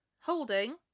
Holding